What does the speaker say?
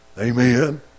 Amen